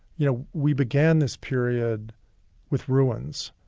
you know, we began this period with ruins,